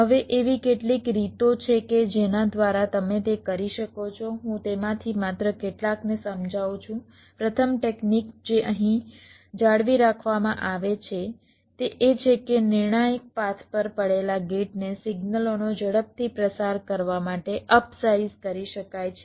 હવે એવી કેટલીક રીતો છે કે જેના દ્વારા તમે તે કરી શકો છો હું તેમાંથી માત્ર કેટલાકને સમજાવું છું પ્રથમ ટેકનિક જે અહીં જાળવી રાખવામાં આવે છે તે એ છે કે નિર્ણાયક પાથ પર પડેલા ગેટને સિગ્નલોનો ઝડપથી પ્રચાર કરવા માટે અપસાઇઝ કરી શકાય છે